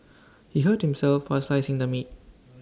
he hurt himself while slicing the meat